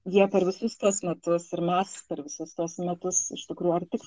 jie per visus tuos metus ir mes per visus tuos metus iš tikrųjų ar tik